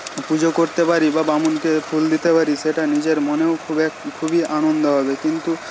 পূজো করতে পারি বা ব্রাহ্মণকে ফুল দিতে পারি সেটা নিজের মনেও খুব একটা খুবই আনন্দ হবে কিন্তু